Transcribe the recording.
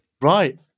Right